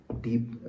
deep